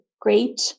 great